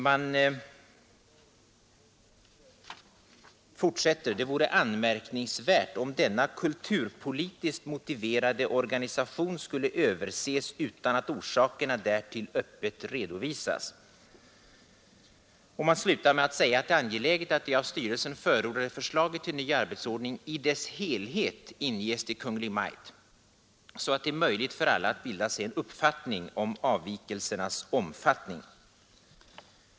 Man fortsätter: Det vore anmärkningsvärt om denna kulturpolitiskt motiverade organisation skulle överses utan att orsakerna därtill öppet redovisas. Man slutar med att säga att det är angeläget att det av styrelsen förordade förslaget till ny arbetsordning i dess helhet inges till Kungl. Maj:t, så att det är möjligt för alla att bilda sig en uppfattning om avvikelsernas omfattning.